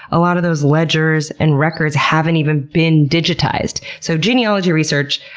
a lot of those ledgers and records haven't even been digitized. so genealogy research,